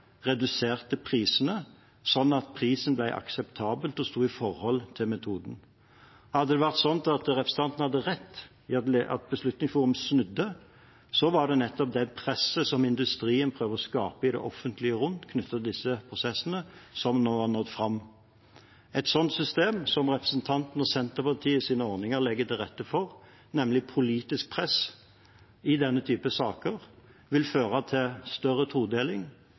reduserte prisen, sånn at prisen ble akseptabel og sto i forhold til metoden. Hadde representanten hatt rett i at Beslutningsforum snudde, ville det vært nettopp det presset som industrien prøver å skape i det offentlige rom knyttet til disse prosessene, som nå hadde nådd fram. Et sånt system som representanten og Senterpartiets ordninger legger til rette for, nemlig politisk press i denne typen saker, vil føre til større todeling,